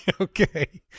Okay